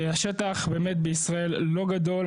השטח באמת בישראל לא גדול.